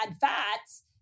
fats